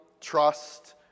trust